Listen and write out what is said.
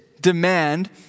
demand